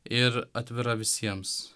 ir atvira visiems